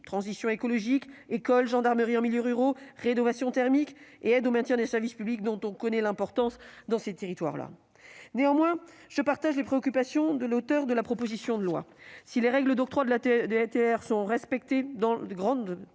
transition écologique, école et gendarmerie, rénovation thermique et aide au maintien des services publics, dont on connaît l'importance dans ces zones. Néanmoins, je partage les préoccupations de l'auteur de la proposition de loi. Si les règles d'octroi de la DETR sont respectées dans la très grande